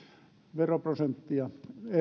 veroprosenttia